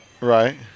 Right